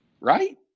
right